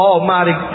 Almighty